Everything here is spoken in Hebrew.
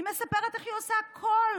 היא מספרת איך היא עושה הכול